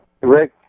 Rick